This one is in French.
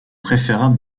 préférable